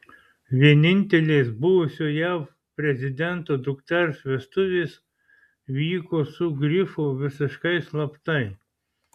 vienintelės buvusio jav prezidento dukters vestuvės vyko su grifu visiškai slaptai